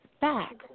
back